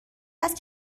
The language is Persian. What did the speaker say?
است